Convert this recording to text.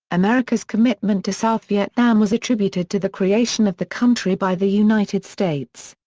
america's commitment to south vietnam was attributed to the creation of the country by the united states.